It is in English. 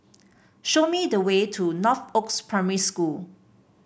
show me the way to Northoaks Primary School